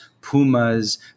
pumas